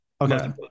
Okay